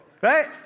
Right